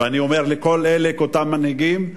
ואני אומר לכל אלה, לאותם מנהיגים,